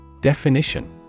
Definition